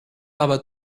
aber